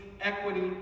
equity